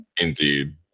Indeed